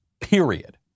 period